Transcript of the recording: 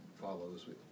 follows